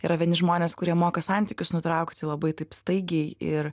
yra vieni žmonės kurie moka santykius nutraukti labai taip staigiai ir